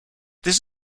this